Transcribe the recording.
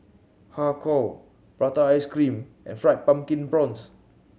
Har Kow prata ice cream and Fried Pumpkin Prawns